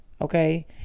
Okay